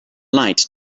light